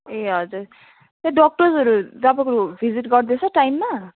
ए हजुर त्यो डक्टर्सहरू तपाईँको भिजिट गर्दैछ टाइममा